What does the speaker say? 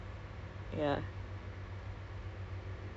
you come out from your room and then you see their faces you mean